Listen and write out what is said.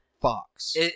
fox